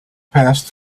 passed